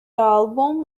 album